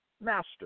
Master